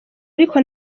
ariko